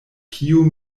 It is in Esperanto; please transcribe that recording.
kiu